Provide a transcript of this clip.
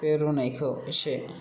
बे रुनायखौ एसे